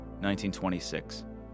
1926